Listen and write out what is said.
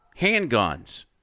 handguns